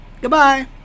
Goodbye